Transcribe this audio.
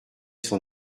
son